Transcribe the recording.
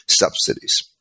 subsidies